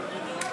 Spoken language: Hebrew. נא לשבת.